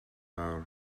fawr